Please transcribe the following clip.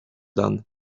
dan